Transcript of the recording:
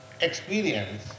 experience